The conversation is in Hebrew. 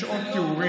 ויש עוד תיאורים.